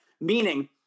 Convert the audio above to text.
Meaning